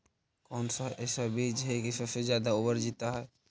कौन सा ऐसा बीज है की सबसे ज्यादा ओवर जीता है?